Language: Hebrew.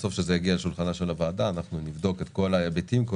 כשזה יגיע לשולחן הוועדה נבדוק את כל ההיבטים.